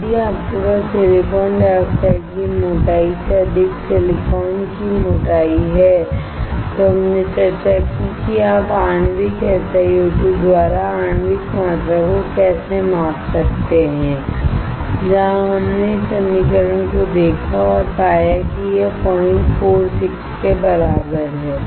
यदि आपके पास सिलिकॉन डाइऑक्साइड की मोटाई से अधिक सिलिकॉन की मोटाई है तो हमने चर्चा की कि आप आणविक SiO2 द्वारा आणविक मात्रा को कैसे माप सकते हैंजहां हमने इस समीकरण को देखा और पाया कि यह 046 के बराबर है